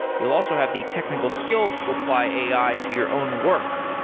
you'll also have the technical skills to apply ai to your own work.